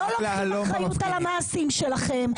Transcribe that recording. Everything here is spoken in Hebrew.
לא לוקחים אחריות על המעשים שלהם.